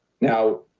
Now